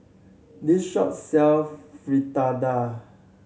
this shop sell Fritada